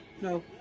No